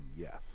yes